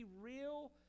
real